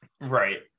Right